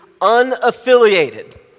unaffiliated